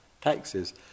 taxes